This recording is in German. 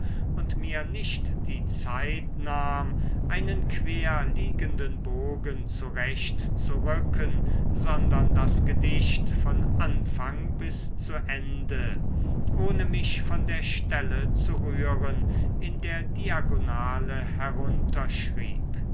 und mir nicht die zeit nahm einen quer liegenden bogen zurecht zu rücken sondern das gedicht von anfang bis zu ende ohne mich von der stelle zu rühren in der diagonale